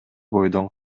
бойдон